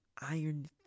iron